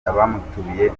abamutumiye